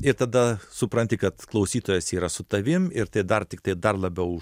ir tada supranti kad klausytojas yra su tavim ir tai dar tiktai dar labiau